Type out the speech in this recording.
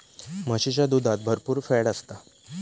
म्हशीच्या दुधात भरपुर फॅट असता